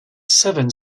severn